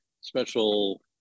special